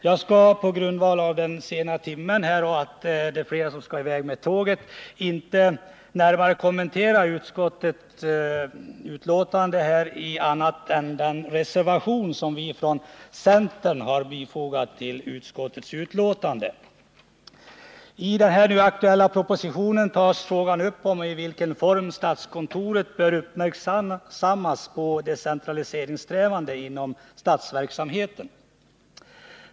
Jag skall på grund av den sena timmen — och då flera ledamöter skall hinna med tåget — inte närmare kommentera utskottets 141 betänkande annat än den del till vilken vi från centern fogat en reservation. I den nu aktuella propositionen tar man upp frågan om i vilken form statskontoret bör uppmärksammas på decentraliseringssträvandena inom statsverksamheten.